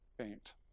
faint